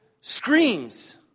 screams